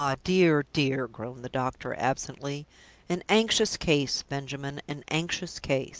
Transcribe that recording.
ah, dear, dear! groaned the doctor, absently an anxious case, benjamin an anxious case.